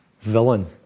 villain